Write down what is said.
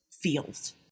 feels